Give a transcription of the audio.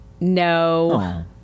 No